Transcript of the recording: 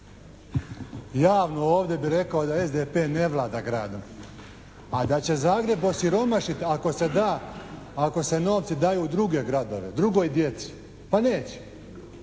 Javno ovdje bih rekao da SDP ne vlada gradom. A da će Zagreb osiromašiti ako se da, ako se novci daju u druge gradove, drugoj djeci, pa neće,